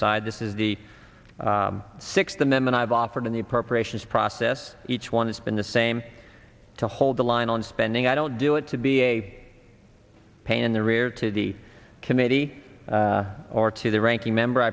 side this is the sixth amendment i've offered in the appropriations process each one has been the same to hold the line on spending i don't do it to be a pain in the rear to the committee or to the ranking member i